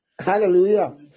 hallelujah